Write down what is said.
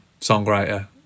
songwriter